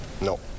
No